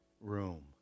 Room